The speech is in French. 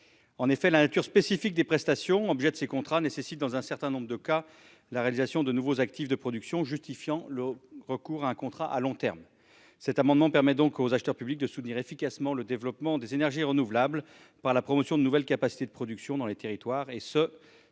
En effet, la nature spécifique des prestations qui font l'objet de ces contrats nécessite, dans un certain nombre de cas, la réalisation de nouveaux actifs de production justifiant le recours à un contrat à long terme. Cet amendement tend ainsi à permettre aux acheteurs publics de soutenir efficacement le développement des énergies renouvelables par la promotion de nouvelles capacités de production dans les territoires,